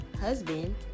husband